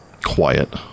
quiet